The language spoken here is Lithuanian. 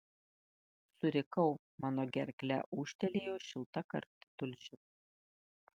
surikau mano gerkle ūžtelėjo šilta karti tulžis